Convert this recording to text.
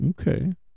Okay